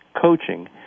coaching